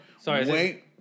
Sorry